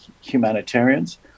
humanitarians